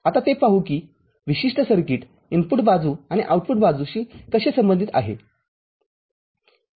आता हे पाहू की ही विशिष्ट सर्किट इनपुट बाजू आणि आउटपुट बाजू कशी संबंधित आहे